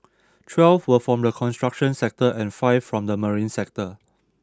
twelve were from the construction sector and five from the marine sector